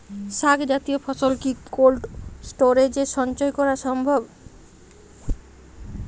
শাক জাতীয় ফসল কি কোল্ড স্টোরেজে সঞ্চয় করা সম্ভব?